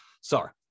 Sorry